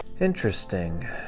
Interesting